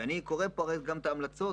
אני קורא פה גם את ההמלצות,